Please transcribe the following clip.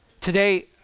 Today